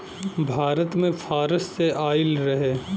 भारत मे फारस से आइल रहे